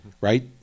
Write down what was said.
right